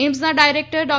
એઇમ્સના ડાયરેક્ટર ડો